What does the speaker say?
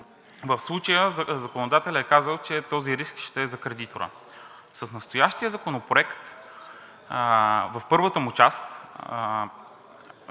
В случая законодателят е казал, че този риск ще е за кредитора. С настоящия законопроект в първата му част